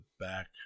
back